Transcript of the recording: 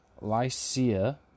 Lycia